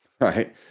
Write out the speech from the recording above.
right